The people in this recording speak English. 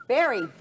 Barry